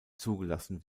zugelassen